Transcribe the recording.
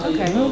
Okay